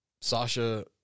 Sasha